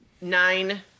nine